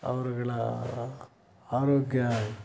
ಅವರುಗಳ ಆರೋಗ್ಯ